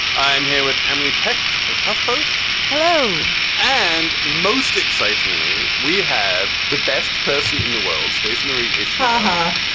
i'm here with emily peck of huff post. hello. and most excitingly, we have the best person in the world today, so mary ashkar. ah